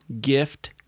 Gift